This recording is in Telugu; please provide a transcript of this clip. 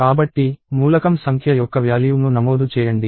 కాబట్టి మూలకం సంఖ్య యొక్క వాల్యూ ను నమోదు చేయండి d